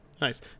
Nice